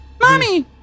Mommy